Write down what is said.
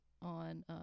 On